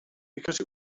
because